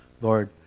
Lord